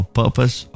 purpose